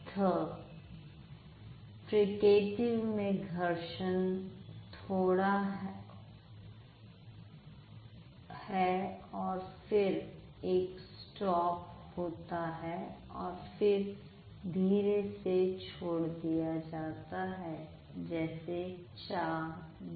affricate में घर्षण होता है और फिर एक स्टॉप होता है और फिर धीरे से छोड़ दिया जाता है जैसे चा जा